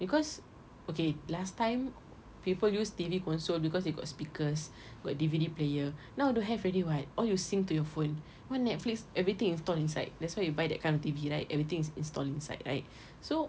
because okay last time people use T_V console because they got speakers got D_V_D player now don't have already [what] all you sync to your phone want Netflix everything installed inside that's why you buy that kind of T_V right everything is installed inside right so